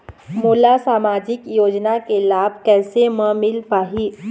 मोला सामाजिक योजना के लाभ कैसे म मिल पाही?